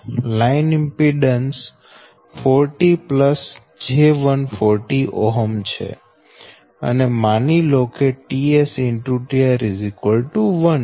line impedance 40 j140 Ω છે અને માની લો કે ts X tR 1 છે